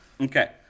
Okay